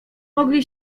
mogli